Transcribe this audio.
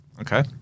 Okay